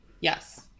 yes